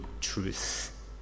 truth